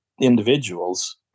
individuals